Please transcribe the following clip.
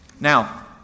Now